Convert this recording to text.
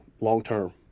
long-term